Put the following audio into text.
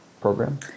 program